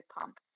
pump